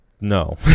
No